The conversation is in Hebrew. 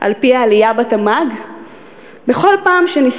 על-פי מה נמדוד את עושרו של אזרח אחד,